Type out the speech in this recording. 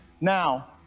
now